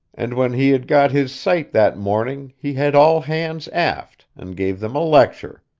and when he had got his sight that morning he had all hands aft, and gave them a lecture.